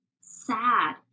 sad